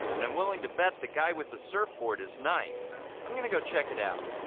and i'm willing to bet the guy with the surfboard is knife i'm gonna go check it out